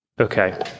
Okay